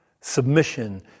submission